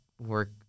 work